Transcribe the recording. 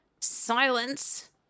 silence